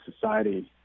society